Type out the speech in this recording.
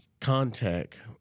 contact